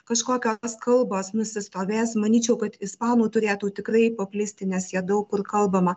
kažkokios kalbos nusistovės manyčiau kad ispanų turėtų tikrai paplisti nes ja daug kur kalbama